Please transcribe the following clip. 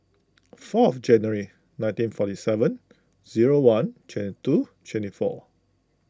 fourth January nineteen forty seven zero one twenty two twenty four